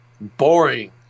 boring